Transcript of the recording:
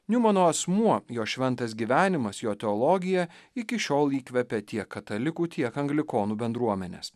niumano asmuo jo šventas gyvenimas jo teologija iki šiol įkvepia tiek katalikų tiek anglikonų bendruomenes